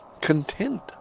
content